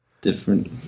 different